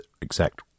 exact